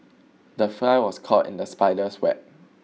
the fly was caught in the spider's web